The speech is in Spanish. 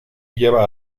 lleva